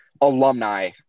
alumni